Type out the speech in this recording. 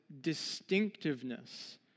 distinctiveness